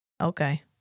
okay